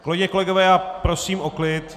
Kolegyně, kolegové, prosím o klid.